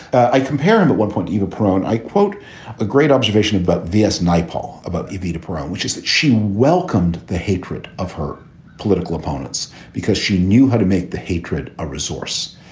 i compare and at one point even perone, i quote a great observation about v s. naipaul, about evita peron, which is that she welcomed the hatred of her political opponents because she knew how to make the hatred a resource.